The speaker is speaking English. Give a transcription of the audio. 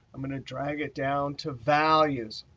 i'm going to drag it down to values.